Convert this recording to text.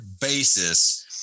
basis